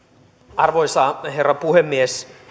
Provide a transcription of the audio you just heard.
arvoisa herra puhemies